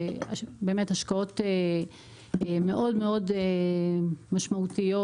ובאמת השקעות מאוד מאוד משמעותיות,